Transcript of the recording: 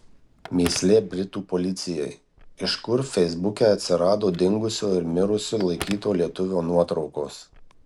mįslė britų policijai iš kur feisbuke atsirado dingusio ir mirusiu laikyto lietuvio nuotraukos